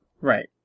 Right